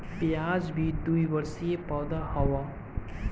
प्याज भी द्विवर्षी पौधा हअ